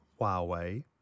Huawei